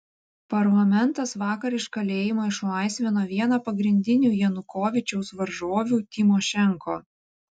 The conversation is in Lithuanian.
parlamentas vakar iš kalėjimo išlaisvino vieną pagrindinių janukovyčiaus varžovių tymošenko